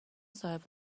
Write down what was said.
صاحب